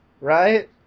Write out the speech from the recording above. right